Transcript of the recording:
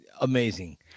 Amazing